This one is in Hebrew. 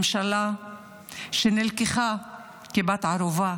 ממשלה שנלקחה כבת ערובה